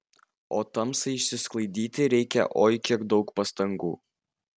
o tamsai išsklaidyti reikia oi kiek daug pastangų